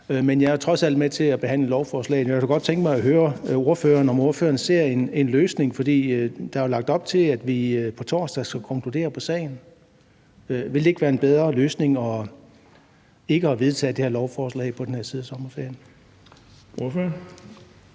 Men jeg er trods alt med til at behandle lovforslaget, og jeg kunne da godt tænke mig at høre ordføreren, om ordføreren ser en løsning. For der er jo lagt op til, at vi på torsdag skal konkludere på sagen. Vil det ikke være en bedre løsning ikke at vedtage det her lovforslag på den her side af sommerferien?